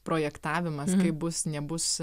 projektavimas bus nebus